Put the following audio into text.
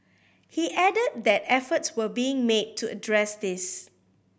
he added that efforts were being made to address this